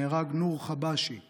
נהרג נור חבשי,